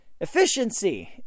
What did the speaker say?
efficiency